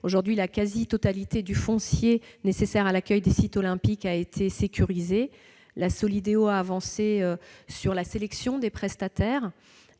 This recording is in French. Aujourd'hui, la quasi-totalité du foncier nécessaire à l'accueil des sites olympiques a pu être sécurisée. La Solideo a avancé sur la sélection des prestataires